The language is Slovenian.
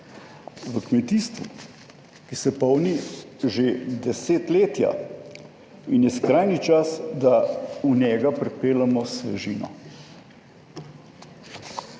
v kmetijstvu, ki se polni že desetletja in je skrajni čas, da v njega pripeljemo svežino.